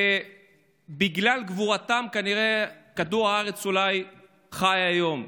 ובגלל גבורתם כנראה כדור הארץ חי היום.